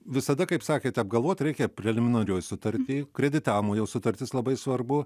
visada kaip sakėte apgalvot reikia preliminarioj sutarty kreditavimo jau sutartis labai svarbu